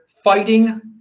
Fighting